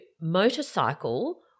motorcycle